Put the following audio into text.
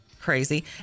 crazy